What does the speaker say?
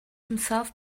himself